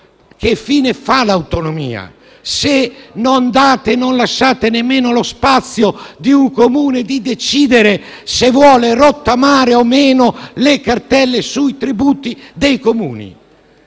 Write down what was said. Che fine fa l'autonomia, se non lasciate nemmeno lo spazio a un Comune di decidere se vuole rottamare o meno le cartelle sui propri tributi?